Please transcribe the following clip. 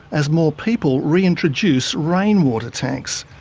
as more people reintroduce rainwater tanks.